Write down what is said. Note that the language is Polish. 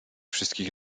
wszystkich